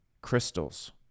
crystals